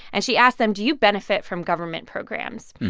and she asked them, do you benefit from government programs?